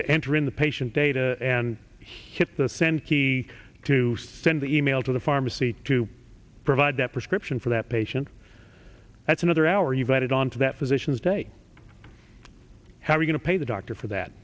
to enter in the patient data and hit the send key to send the email to the pharmacy to provide that prescription for that patient that's another hour you've added on to that physician's day how are we going to pay the doctor for that